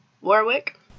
warwick